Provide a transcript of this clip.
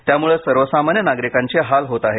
त्यामुळे सर्वसामान्य नागरिकांचे हाल होत आहेत